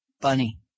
bunny